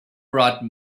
brought